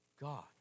God